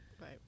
Right